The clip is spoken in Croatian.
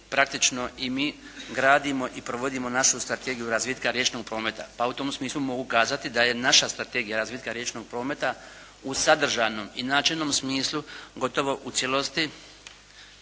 praktično i mi gradimo i provodimo našu Strategiju razvitka riječnog prometa. U tom smislu mogu kazati da je naša Strategija razvitka riječnog prometa u sadržajnom i načelnom smislu gotovo u cijelosti